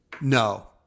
no